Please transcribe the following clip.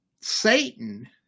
Satan